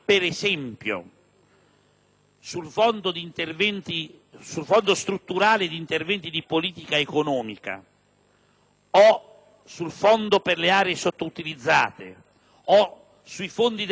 sul Fondo per interventi strutturali di politica economica o sul Fondo per le aree sottoutilizzate o sui fondi del Ministero degli affari